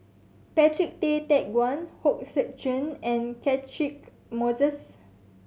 Patrick Tay Teck Guan Hong Sek Chern and Catchick Moses